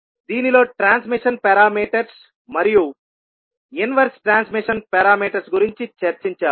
దీనిలో transmission parameters మరియు inverse transmission parameters గురించి చర్చించాము